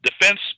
defense